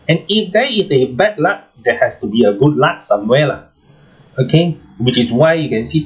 and if there is a bad luck there has to be a good luck somewhere lah okay which is why you can see